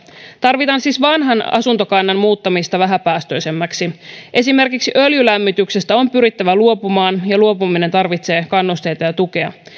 tarvitaan siis vanhan asuntokannan muuttamista vähäpäästöisemmäksi esimerkiksi öljylämmityksestä on pyrittävä luopumaan ja luopuminen tarvitsee kannusteita ja tukea